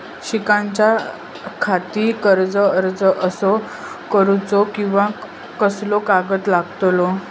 शिकाच्याखाती कर्ज अर्ज कसो करुचो कीवा कसले कागद लागतले?